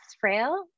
frail